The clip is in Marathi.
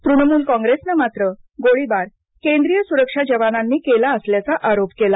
तृणमूल कॉप्रेसनं मात्र गोळीबार केंद्रीय सुरक्षा जवानांनी केला असल्याचा आरोप केला